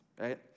right